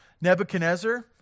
Nebuchadnezzar